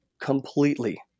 completely